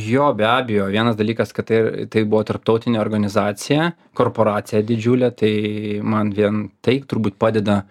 jo be abejo vienas dalykas kad tai tai buvo tarptautinė organizacija korporacija didžiulė tai man vien tik turbūt padeda